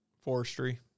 Forestry